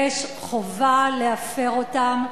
יש חובה להפר אותם.